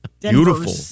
Beautiful